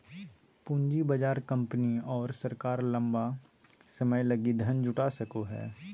पूँजी बाजार कंपनी आरो सरकार लंबा समय लगी धन जुटा सको हइ